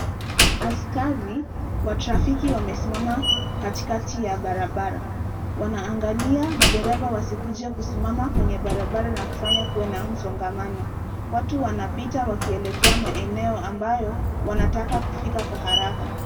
Askari, wa trafiki wamesimama katikati ya barabara, wanaangalia madereva wasikuje kusimama kwenye barabara na kufanya kuwe na msongamano. Watu wanapita wakielekea maeneo ambayo, wanataka kufika kwa haraka.